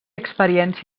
experiència